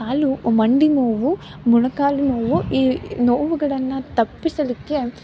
ಕಾಲು ಮಂಡಿ ನೋವು ಮೊಣಕಾಲು ನೋವು ಈ ನೋವುಗಳನ್ನು ತಪ್ಪಿಸಲಿಕ್ಕೆ